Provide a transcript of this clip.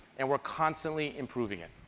and we are constantly improving it.